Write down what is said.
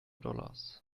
dollars